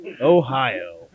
Ohio